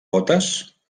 botes